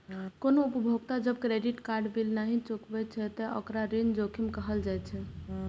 कोनो उपभोक्ता जब क्रेडिट कार्ड बिल नहि चुकाबै छै, ते ओकरा ऋण जोखिम कहल जाइ छै